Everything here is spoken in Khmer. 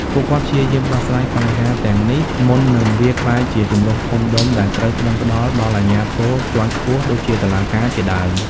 ពួកគាត់ព្យាយាមដោះស្រាយបញ្ហាទាំងនេះមុននឹងវាអាចក្លាយជាជម្លោះធំដុំដែលត្រូវប្ដឹងផ្ដល់ដល់អាជ្ញាធរជាន់ខ្ពស់ ដូចជាតុលាការជាដើម។